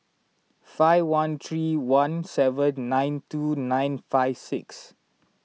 five one three one seven nine two nine five six